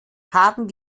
haben